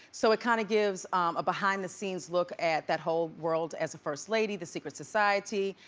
so it kind of gives a behind the scenes look at that whole world as a first lady. the secret society.